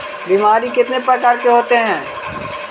बीमारी कितने प्रकार के होते हैं?